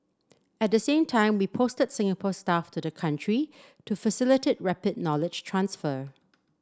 at the same time we posted Singapore staff to the country to facilitate rapid knowledge transfer